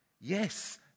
Yes